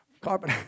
carpet